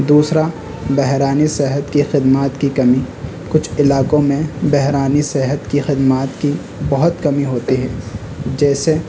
دوسرا بحرانی صحت کی خدمات کی کمی کچھ علاقوں میں بحرانی صحت کی خدمات کی بہت کمی ہوتی ہے جیسے